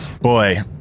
Boy